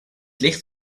licht